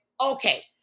Okay